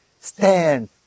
stand